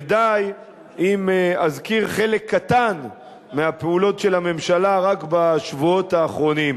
ודי אם אזכיר חלק קטן מהפעולות של הממשלה רק בשבועות האחרונים: